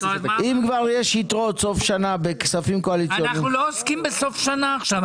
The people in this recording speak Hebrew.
כבר יש יתרות סוף שנה- -- אנחנו לא עוסקים בסוף שנה עכשיו.